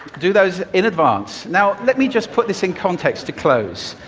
do those in advance. now let me just put this in context to close.